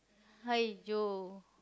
!aiyo!